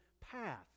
path